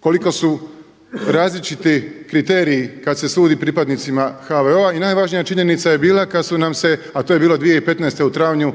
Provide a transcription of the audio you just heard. koliko su različiti kriteriji kad se sudi pripadnicima HVO-a. I najvažnija činjenica je bila kad su nam se, a to je bilo 2015. u travnju